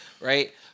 right